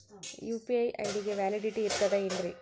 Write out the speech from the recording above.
UPI ID ಗೆ validity ಇರತದ ಏನ್ರಿ?